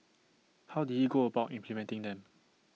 how did he go about implementing them